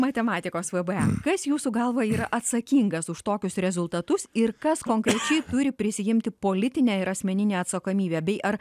matematikos vbe kas jūsų galva yra atsakingas už tokius rezultatus ir kas konkrečiai turi prisiimti politinę ir asmeninę atsakomybę bei ar